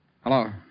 Hello